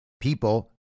people